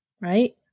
right